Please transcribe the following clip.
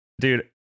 dude